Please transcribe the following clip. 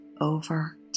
over